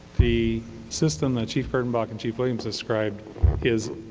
the system that chief kurtenbach and chief williams described is